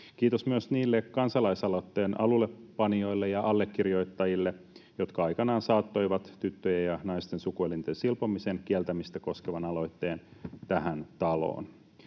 Kiitos myös niille kansalaisaloitteen alullepanijoille ja allekirjoittajille, jotka aikanaan saattoivat tyttöjen ja naisten sukuelinten silpomisen kieltämistä koskevan aloitteen tähän taloon.